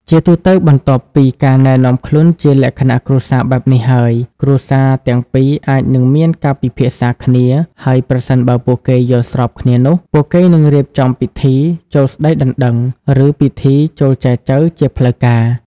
ជាទូទៅ បន្ទាប់ពីការណែនាំខ្លួនជាលក្ខណៈគ្រួសារបែបនេះហើយ គ្រួសារទាំងពីរអាចនឹងមានការពិភាក្សាគ្នា ហើយប្រសិនបើពួកគេយល់ស្របគ្នានោះ ពួកគេនឹងរៀបចំពិធី ចូលស្តីដណ្ដឹង ឬ ពិធីចូលចែចូវ ជាផ្លូវការ។